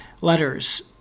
letters